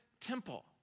temple